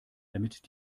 damit